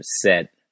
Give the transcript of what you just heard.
set